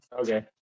Okay